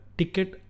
ticket